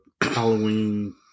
Halloween